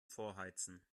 vorheizen